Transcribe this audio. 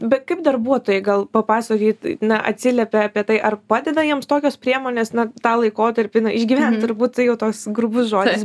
bet kaip darbuotojai gal papasaoit na atsiliepia apie tai ar padeda jiems tokios priemonės na tą laikotarpį na išgyvent turbūt jau toks grubus žodis